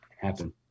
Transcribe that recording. happen